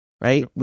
right